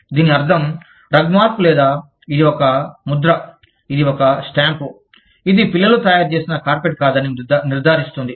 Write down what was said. దీని అర్థం రగ్మార్క్ లేదా ఇది ఒక ముద్ర ఇది ఒక స్టాంప్ ఇది పిల్లలు తయారుచేసిన కార్పెట్ కాదని నిర్ధారిస్తుంది